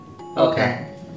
Okay